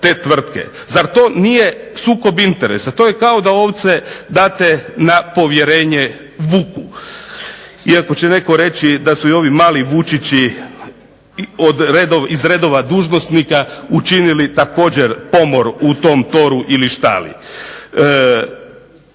Zar to nije sukob interesa? To je kao da ovce date na povjerenje vuku. Iako će netko reći da su i ovi mali vučići iz redova dužnosnika učinili također pomor u tom toru ili štali.